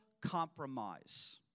compromise